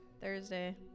Thursday